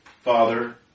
Father